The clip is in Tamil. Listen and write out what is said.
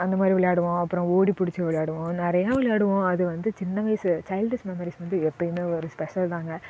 அந்த மாதிரி விளையாடுவோம் அப்றம் ஓடிப் பிடிச்சு விளையாடுவோம் நிறையா விளையாடுவோம் அது வந்து சின்ன வயசு சைல்டிஸ் மெமரிஸ் வந்து எப்போயுமே ஒரு ஸ்பெஷல்தான்ங்க